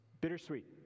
bittersweet